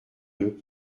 deux